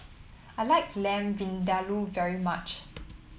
I like Lamb Vindaloo very much